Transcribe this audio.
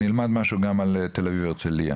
אני אלמד משהו על תל אביב-הרצליה.